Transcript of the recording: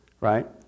right